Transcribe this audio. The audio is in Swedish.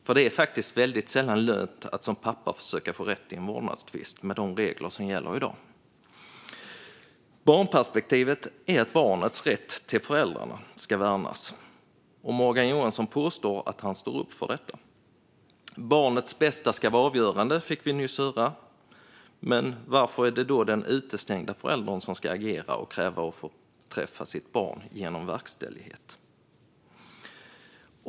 För det är faktiskt väldigt sällan lönt att som pappa försöka få rätt i en vårdnadstvist med de regler som gäller i dag. Barnperspektivet innebär att barnets rätt till föräldrarna ska värnas. Morgan Johansson påstår att han står upp för detta. Vi fick nyss höra att barnets bästa ska vara avgörande. Men varför är det då den utestängda föräldern som ska agera och kräva att få träffa sitt barn genom verkställighet?